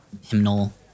hymnal